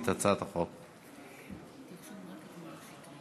אנחנו עוברים להצעת חוק המועצה להשכלה